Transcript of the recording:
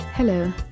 Hello